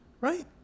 right